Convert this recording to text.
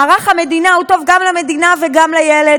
מערך האומנה הוא טוב גם למדינה וגם לילד,